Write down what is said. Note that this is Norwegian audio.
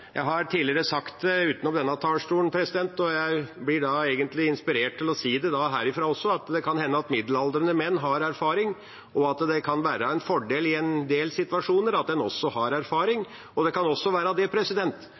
Jeg har tidligere sagt det utenfor denne talerstolen, og jeg blir egentlig inspirert til å si det herfra også, at det kan hende at middelaldrende menn har erfaring, og at det kan være en fordel i en del situasjoner at en har erfaring. Det kan også være